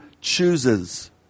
chooses